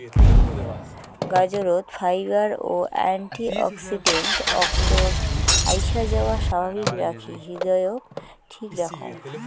গাজরত fibre ও antioxidant অক্তর আইসাযাওয়া স্বাভাবিক রাখি হৃদয়ক ঠিক রাখং